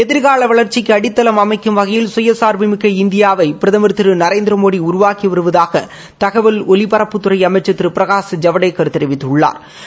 ஏதிர்கால வளர்ச்சிக்கு அடித்தளம் அமைக்கும் வகையில் சுயசார்பு மிக்க இந்தியாவை பிரதமா் திரு நரேந்திரமோடி உருவக்கி வருவதாக தகவல் ஒலிபரப்புத்துறை அமைச்சா் திரு பிரகாஷ் ஜுடேக்கா் தெரிவித்துள்ளாா்